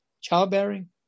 childbearing